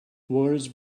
wars